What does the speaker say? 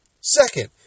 Second